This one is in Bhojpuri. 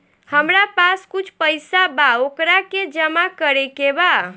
हमरा पास कुछ पईसा बा वोकरा के जमा करे के बा?